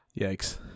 Yikes